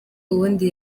ubundi